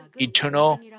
eternal